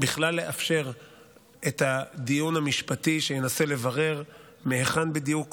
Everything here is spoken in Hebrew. בכלל לאפשר את הדיון המשפטי שינסה לברר מהיכן בדיוק